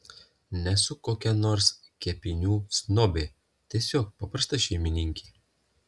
nesu kokia nors kepinių snobė tiesiog paprasta šeimininkė